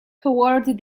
toward